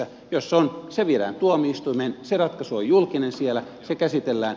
jos on se viedään tuomioistuimeen se ratkaisu on julkinen siellä se käsitellään